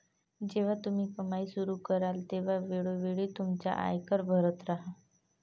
जेव्हा तुम्ही कमाई सुरू कराल तेव्हा वेळोवेळी तुमचा आयकर भरत राहा